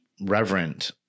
Reverent